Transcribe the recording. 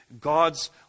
God's